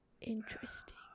Interesting